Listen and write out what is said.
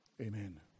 Amen